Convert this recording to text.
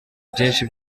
byinshi